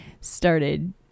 started